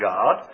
God